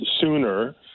sooner